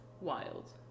Wild